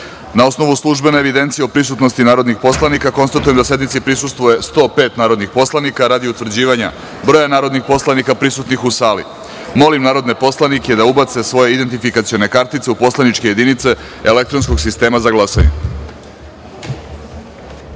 osnovu službene evidencije o prisutnosti narodnih poslanika, konstatujem da sednici prisustvuje 105 narodnih poslanika. Radi utvrđivanja broja narodnih poslanika prisutnih u sali molim poslanike da ubace svoje identifikacione kartice u poslaničke jedinice elektronskog sistema za